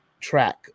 track